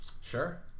Sure